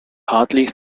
hardly